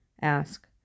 ask